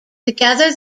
together